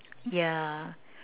yeah